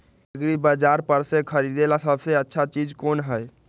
एग्रिबाजार पर से खरीदे ला सबसे अच्छा चीज कोन हई?